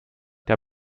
der